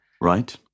Right